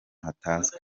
hatazwi